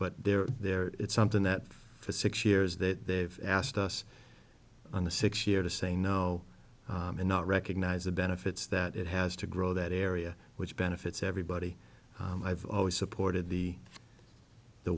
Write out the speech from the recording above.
but they're there it's something that for six years that they've asked us on the six year to say no and not recognize the benefits that it has to grow that area which benefits everybody i've always supported the